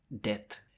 death